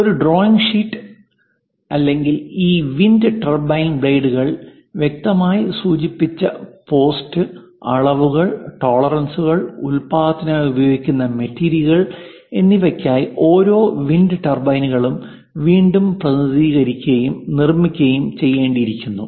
ഒരു drawing sheet ഇല്ലെങ്കിൽ ഈ വിൻഡ് ടർബൈൻ ബ്ലേഡുകൾ വ്യക്തമായി സൂചിപ്പിച്ച പോസ്റ്റ് അളവുകൾ ടോളറൻസുകൾ ഉൽപാദനത്തിനായി ഉപയോഗിക്കുന്ന മെറ്റീരിയലുകൾ എന്നിവയ്ക്കായി ഓരോ വിൻഡ് ടർബൈനുകളും വീണ്ടും പ്രതിനിധീകരിക്കുകയും നിർമ്മിക്കുകയും ചെയ്യേണ്ടിയിരിക്കുന്നു